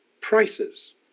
prices